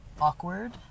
awkward